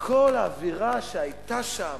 וכל האווירה שהיתה שם,